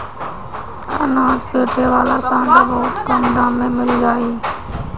अनाज पीटे वाला सांटा बहुत कम दाम में मिल जाई